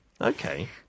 Okay